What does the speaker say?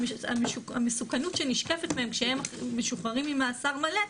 שהמסוכנות שנשקפת מהם כשהם משוחררים ממעצר מלא,